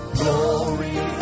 glory